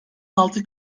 altı